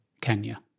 Kenya